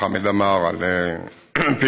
חמד עמאר, על פעילותו,